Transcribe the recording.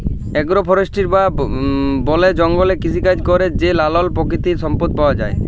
agro forestry বা বলে জঙ্গলে কৃষিকাজে ক্যরে যে লালাল পাকিতিক সম্পদ পাউয়া যায়